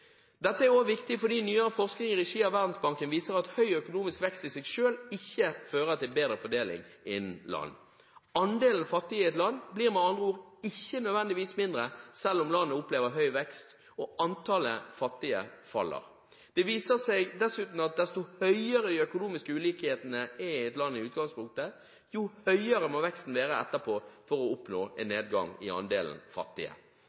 Dette er viktig også fordi nyere forskning i regi av Verdensbanken viser at høy økonomisk vekst i seg selv ikke fører til bedre fordeling innen land. Andelen fattige i et land blir med andre ord ikke nødvendigvis mindre selv om landet opplever høy vekst, og antallet fattige faller. Det viser seg dessuten at jo høyere de økonomiske ulikhetene er i et land i utgangspunktet, desto høyere må veksten være etterpå for å oppnå en nedgang i andelen fattige.